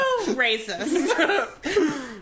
racist